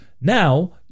now